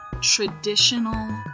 traditional